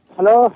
Hello